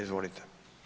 Izvolite.